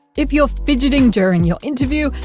if you're fidgeting during your interview,